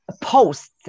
posts